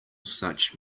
such